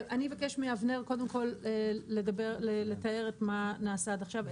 אני אבקש מאבנר קודם כל לתאר את מה נעשה עד עכשיו.